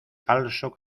falso